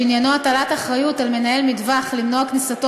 שעניינו הטלת אחריות על מנהל מטווח למנוע כניסתו